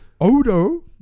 Odo